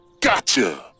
Gotcha